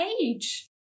age